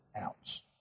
ounce